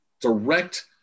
direct